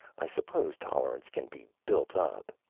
i suppose tolerance can be built up.